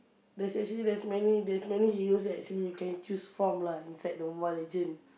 there's actually there's many there's many heroes actually you can choose from lah inside the Mobile-Legend